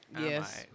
Yes